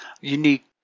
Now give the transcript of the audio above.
unique